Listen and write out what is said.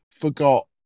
forgot